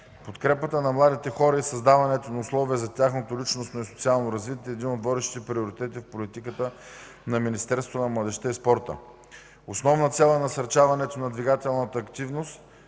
Подкрепата на младите хора и създаването на условия за тяхното личностно и социално развитие е един от водещите приоритети в политиката на Министерството на младежта и спорта. Основна цел е насърчаването на двигателната активност и